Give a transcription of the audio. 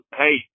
hey